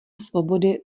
svobody